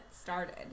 started